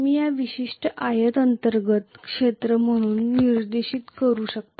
मी या विशिष्ट आयत अंतर्गत क्षेत्र म्हणून निर्दिष्ट करू शकते